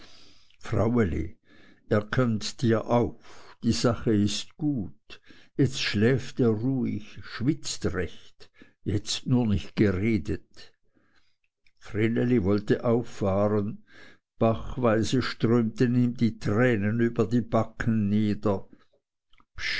fraueli er kömmt dir auf die sache ist gut jetzt schläft er ruhig schwitzt recht jetzt nur nicht geredet vreneli wollte laut auffahren bachweise strömten ihm die tränen über die backen nieder